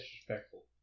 Disrespectful